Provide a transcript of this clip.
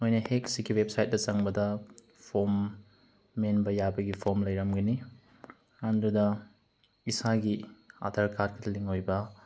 ꯅꯣꯏꯅ ꯍꯦꯛ ꯁꯤꯒꯤ ꯋꯦꯞ ꯁꯥꯏꯠꯇ ꯆꯪꯕꯗ ꯐꯣꯝ ꯃꯦꯟꯕ ꯌꯥꯕꯒꯤ ꯐꯣꯝ ꯂꯩꯔꯝꯒꯅꯤ ꯑꯗꯨꯗ ꯏꯁꯥꯒꯤ ꯑꯥꯗꯥꯔ ꯀꯥꯔꯠꯀꯤ ꯂꯤꯡ ꯑꯣꯏꯕ